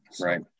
Right